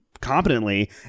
competently